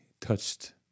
touched